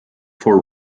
for